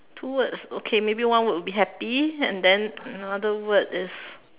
two words okay maybe one word will be happy and then another word is